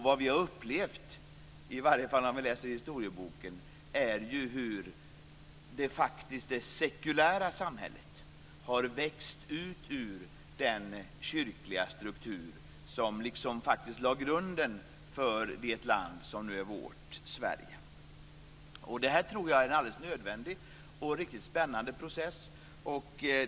Vi som läst vår historia har kunnat se hur det sekulära samhället har växt ut ur den kyrkliga struktur som faktiskt lade grunden för det land som nu är vårt Sverige. Jag tycker att det här är en alldeles nödvändig och riktigt spännande process.